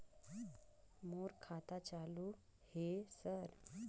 मोर खाता चालु हे सर?